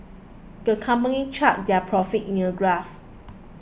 the company charted their profits in a graph